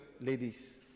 ladies